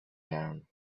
down